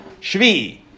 Shvi